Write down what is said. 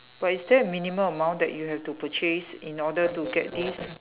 but is there a minimum amount that you have to purchase in order to get this